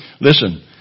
Listen